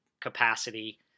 capacity